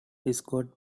scott